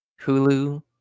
Hulu